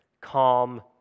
calm